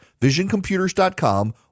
VisionComputers.com